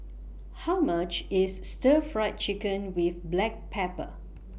How much IS Stir Fried Chicken with Black Pepper